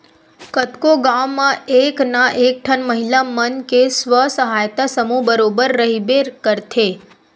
कतको गाँव म एक ना एक ठन महिला मन के स्व सहायता समूह बरोबर रहिबे करथे